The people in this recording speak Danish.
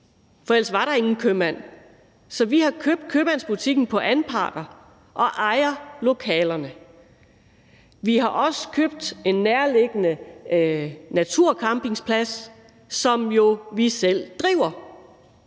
for ellers var der ingen købmand. Så vi har købt købmandsbutikken på anparter og ejer lokalerne. Vi har også købt en nærliggende naturcampingplads, som vi selv driver.